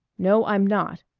no, i'm not.